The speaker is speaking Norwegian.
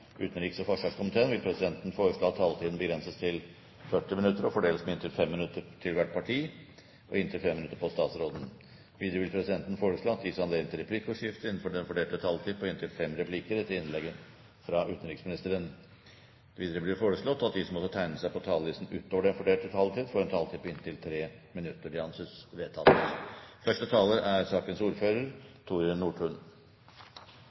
utenriks- og forsvarskomiteen vil presidenten foreslå at taletiden begrenses til 40 minutter og fordeles med inntil 5 minutter til hvert parti og inntil 5 minutter til utenriksministeren. Videre vil presidenten foreslå at det gis anledning til replikkordskifte på inntil fem replikker med svar etter innlegget fra utenriksministeren innenfor den fordelte taletid. Videre blir det foreslått at de som måtte tegne seg på talerlisten utover den fordelte taletid, får en taletid på inntil 3 minutter. – Det anses vedtatt.